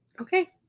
Okay